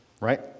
right